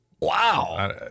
wow